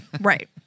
right